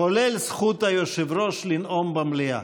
כולל זכות היושב-ראש לנאום במליאה.